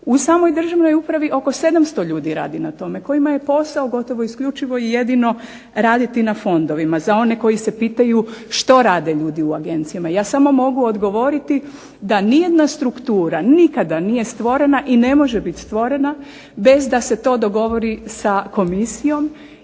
U samoj državnoj upravi oko 700 ljudi radi na tome kojima je posao gotovo isključivo i jedino raditi na fondovima, za one koji se pitaju što rade ljudi u agencijama. Ja samo mogu odgovoriti da nijedna struktura nikada nije stvorena i ne može biti stvorena bez da se to dogovori sa komisijom